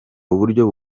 uburyo